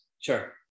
Sure